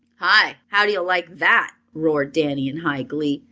hi! how do you like that? roared danny, in high glee.